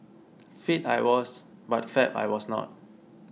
fit I was but fab I was not